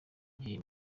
gihe